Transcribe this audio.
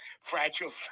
Fragile